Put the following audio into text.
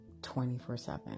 24-7